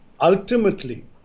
Ultimately